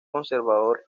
conservador